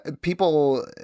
people